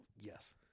Yes